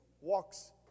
walks